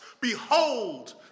behold